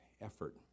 effort